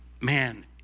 Man